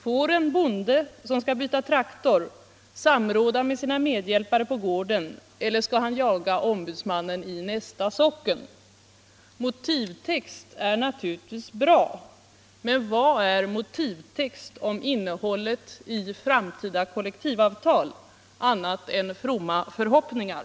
Får en bonde som skall byta traktor samråda med sina medhjälpare på gården, eller skall han jaga ombudsmannen i nästa socken? Motivtext är naturligtvis bra, men vad är motivtext i fråga om innehållet i framtida kollektivavtal annat än fromma förhoppningar?